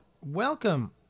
welcome